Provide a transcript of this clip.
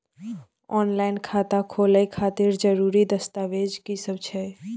Online खाता खोले खातिर जरुरी दस्तावेज की सब छै?